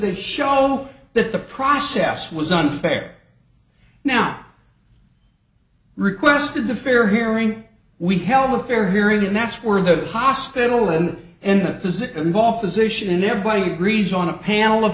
that show that the process was unfair now requested the fair hearing we held a fair hearing and that's where the hospital and in the physical involved physician and everybody agrees on a panel of